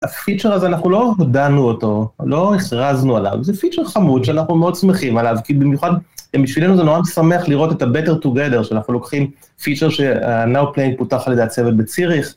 הפיצ'ר הזה אנחנו לא הודענו אותו, לא הכרזנו עליו, זה פיצ'ר חמוד שאנחנו מאוד שמחים עליו, כי במיוחד בשבילנו זה נורא משמח לראות את ה-Better Together, שאנחנו לוקחים פיצ'ר שהNowPlaying פותח על ידי הצוות בציריך.